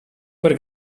per